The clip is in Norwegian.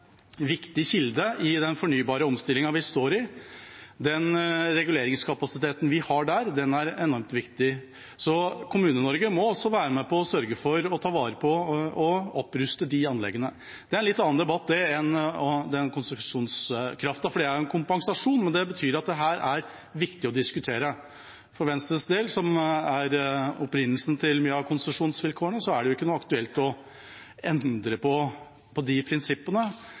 viktig kilde i den fornybare omstillingen vi står i. Den reguleringskapasiteten vi har der, er enormt viktig. Kommune-Norge må også være med på å sørge for å ta vare på og oppruste de anleggene. Det er en litt annen debatt enn den om konsesjonskraften, for det er en kompensasjon. Det betyr at det er viktig å diskutere dette. For Venstre, som er opprinnelsen til mye av konsesjonsvilkårene, er det ikke aktuelt å endre på de prinsippene